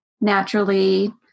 naturally